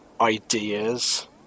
ideas